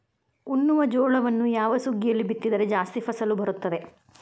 ಉಣ್ಣುವ ಜೋಳವನ್ನು ಯಾವ ಸುಗ್ಗಿಯಲ್ಲಿ ಬಿತ್ತಿದರೆ ಜಾಸ್ತಿ ಫಸಲು ಬರುತ್ತದೆ?